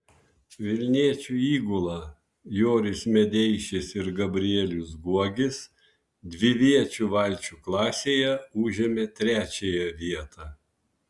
vilniečių įgula joris medeišis ir gabrielius guogis dviviečių valčių klasėje užėmė trečiąją vietą